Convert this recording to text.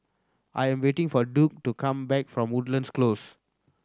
I am waiting for Duke to come back from Woodlands Close